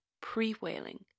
pre-whaling